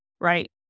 right